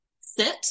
sit